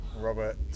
Robert